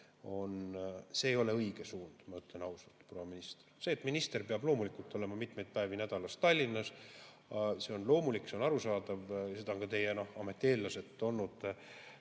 ei ole õige suund, ma ütlen ausalt, proua minister. See, et minister peab olema mitmeid päevi nädalas Tallinnas, on loomulik, see on arusaadav. Seda on ka teie ametieellased teinud,